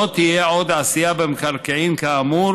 לא תהיה עוד עשייה במקרקעין כאמור